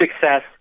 success